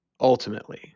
ultimately